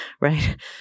right